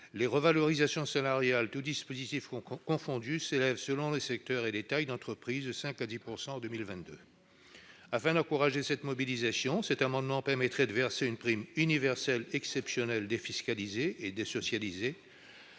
Les revalorisations salariales, tous dispositifs confondus, s'élèvent, selon les secteurs et les tailles d'entreprise, de 5 % à 10 % en 2022. Afin d'encourager cette mobilisation, notre amendement vise à leur permettre de verser une prime universelle exceptionnelle défiscalisée et désocialisée,